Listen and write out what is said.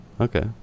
Okay